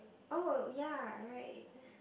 oh ya right